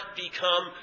become